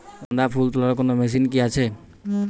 গাঁদাফুল তোলার কোন মেশিন কি আছে?